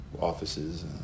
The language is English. offices